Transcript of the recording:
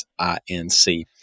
INC